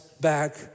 back